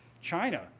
China